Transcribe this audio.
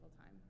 time